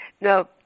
No